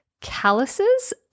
calluses